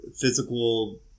physical